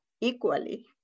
equally